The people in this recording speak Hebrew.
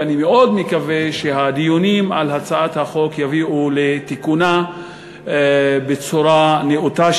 ואני מאוד מקווה שהדיונים על הצעת החוק יביאו לתיקונה בצורה נאותה,